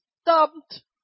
stumped